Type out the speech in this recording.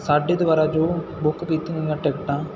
ਸਾਡੇ ਦੁਆਰਾ ਜੋ ਬੁੱਕ ਕੀਤੀਆਂ ਹੋਈਆਂ ਟਿਕਟਾਂ